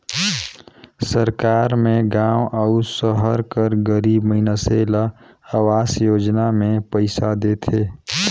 सरकार में गाँव अउ सहर कर गरीब मइनसे ल अवास योजना में पइसा देथे